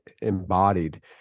embodied